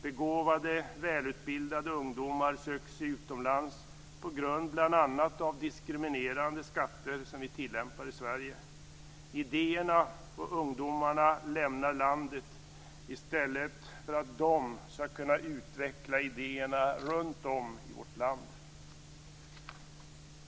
Begåvade, välutbildade ungdomar söker sig utomlands, bl.a. på grund av de diskriminerande skatter som vi tillämpar i Sverige. Idéerna och ungdomarna lämnar landet, i stället för att det skulle kunna vara de som utvecklar idéerna runtom i vårt land.